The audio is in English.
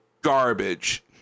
garbage